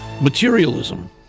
materialism